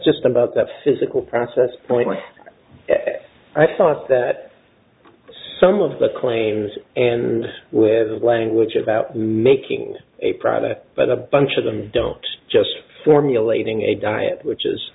just about that physical process boy i thought that some of the cliches and with the language about making a profit but a bunch of them don't just formulating a diet which is